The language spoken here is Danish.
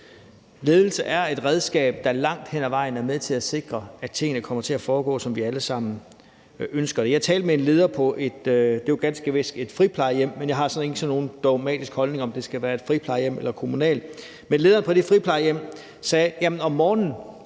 Ledelse er et redskab, der langt hen ad vejen er med til at sikre, at tingene kommer til at foregå, som vi alle sammen ønsker det. Jeg talte med en leder på et plejehjem, og det var ganske vist et friplejehjem, men jeg har ikke nogen dogmatisk holdning om, om det skal være friplejehjem eller kommunale plejehjem, og lederen på det friplejehjem sagde: Om morgenen